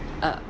uh